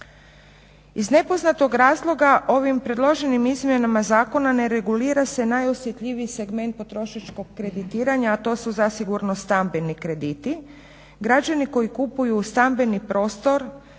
Iz nepoznatog razloga ovim predloženim izmjenama zakona ne regulira se najosjetljiviji segment potrošačkog kreditiranja, a to su zasigurno stambeni krediti. Građani koji kupuju stambeni prostor